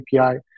API